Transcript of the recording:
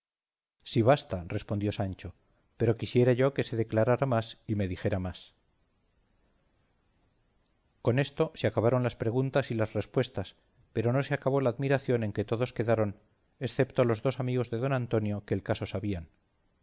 sí basta respondió sancho pero quisiera yo que se declarara más y me dijera más con esto se acabaron las preguntas y las respuestas pero no se acabó la admiración en que todos quedaron excepto los dos amigos de don antonio que el caso sabían